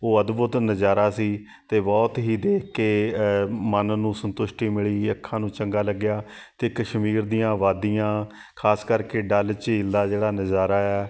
ਉਹ ਅਦਭੁਤ ਨਜ਼ਾਰਾ ਸੀ ਅਤੇ ਬਹੁਤ ਹੀ ਦੇਖ ਕੇ ਮਨ ਨੂੰ ਸੰਤੁਸ਼ਟੀ ਮਿਲੀ ਅੱਖਾਂ ਨੂੰ ਚੰਗਾ ਲੱਗਿਆ ਅਤੇ ਕਸ਼ਮੀਰ ਦੀਆਂ ਵਾਦੀਆਂ ਖਾਸ ਕਰਕੇ ਡੱਲ ਝੀਲ ਦਾ ਜਿਹੜਾ ਨਜ਼ਾਰਾ ਆ